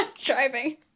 driving